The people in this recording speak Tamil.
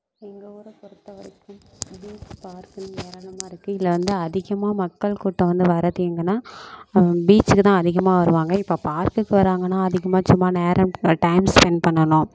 எங்கள் ஊரை பொறுத்தவரைக்கும் பீச் பார்க்ன்னு ஏராளமாக இருக்குது இதில் வந்து அதிகமாக மக்கள் கூட்டம் வந்து வரது எங்கேன்னா பீச்சுக்குதான் அதிகமாக வருவாங்க இப்போ பார்க்குக்கு போறாங்கன்னால் அதிகமாக சும்மா நேரம் டைம் ஸ்பெண்ட் பண்ணணும்